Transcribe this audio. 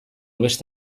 beste